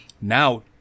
Now